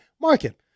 market